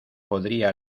podría